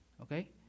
okay